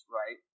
right